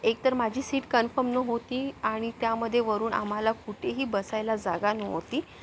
एकतर माझी seat confirm नव्हती आणि त्यामधे वरून आम्हाला कुठेही बसायला जागा नव्हती